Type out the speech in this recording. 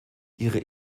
ihre